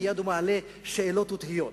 מייד הוא מעלה שאלות ותהיות,